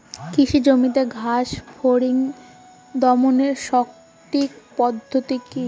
কৃষি জমিতে ঘাস ফরিঙ দমনের সঠিক পদ্ধতি কি?